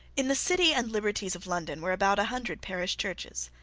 in the city and liberties of london were about a hundred parish churches.